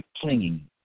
clinging